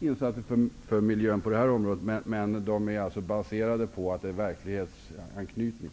insatser för miljön på det här området. Men de har verklighetsanknytning.